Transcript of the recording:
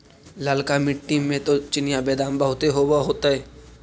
ललका मिट्टी मे तो चिनिआबेदमां बहुते होब होतय?